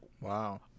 Wow